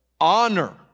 Honor